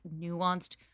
nuanced